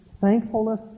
thankfulness